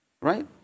right